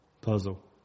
puzzle